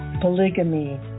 polygamy